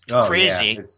crazy